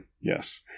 Yes